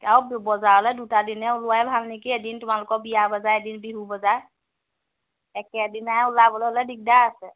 আৰু বজাৰলৈ দুটা দিনে ওলোৱাই ভাল নেকি এদিন তোমালোকৰ বিয়া বজাৰ এদিন বিহু বজাৰ একেদিনাই ওলাবলৈ হ'লে দিগদাৰ আছে